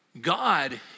God